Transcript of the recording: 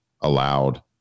Allowed